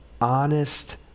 honest